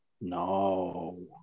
No